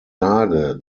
lage